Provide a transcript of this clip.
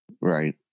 Right